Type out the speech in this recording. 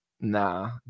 Nah